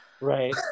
Right